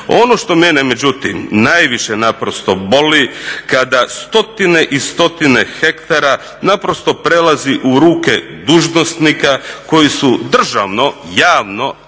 Ono što mene međutim najviše naprosto boli kada stotine i stotine hektara naprosto prelazi u ruke dužnosnika koji su državno javno